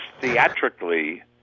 theatrically